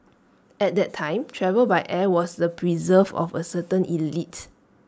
at that time travel by air was A preserve of A certain elite